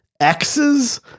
X's